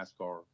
NASCAR